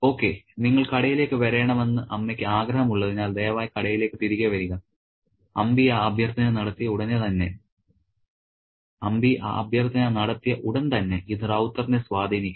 okay നിങ്ങൾ കടയിലേക്ക് വരേണമെന്ന് അമ്മയ്ക്ക് ആഗ്രഹമുള്ളതിനാൽ ദയവായി കടയിലേക്ക് തിരികെ വരിക അംബി ആ അഭ്യർത്ഥന നടത്തിയ ഉടൻ തന്നെ ഇത് റൌത്തറിനെ സ്വാധീനിക്കുന്നു